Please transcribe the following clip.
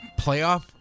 playoff